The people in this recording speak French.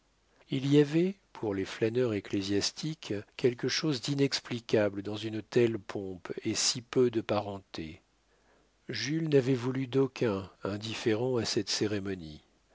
il y avait pour les flâneurs ecclésiastiques quelque chose d'inexplicable dans une telle pompe et si peu de parenté jules n'avait voulu d'aucun indifférent à cette cérémonie